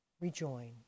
Rejoin